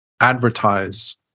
advertise